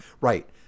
Right